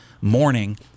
morning